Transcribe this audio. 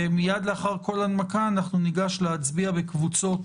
מיד לאחר כל הנמקה אנחנו ניגש להצביע בקבוצות